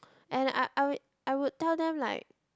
and I I would I would tell them like